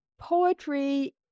poetry